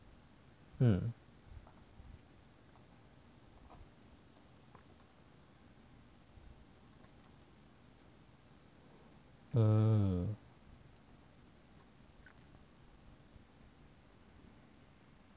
um